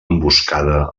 emboscada